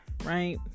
right